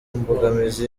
mbogamizi